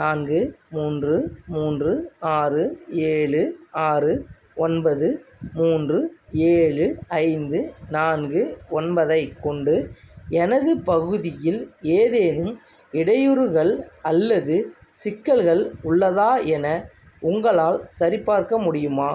நான்கு மூன்று மூன்று ஆறு ஏழு ஆறு ஒன்பது மூன்று ஏழு ஐந்து நான்கு ஒன்பதைக் கொண்டு எனது பகுதியில் ஏதேனும் இடையூறுகள் அல்லது சிக்கல்கள் உள்ளதா என உங்களால் சரிபார்க்க முடியுமா